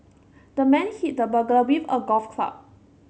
the man hit the burglar with a golf club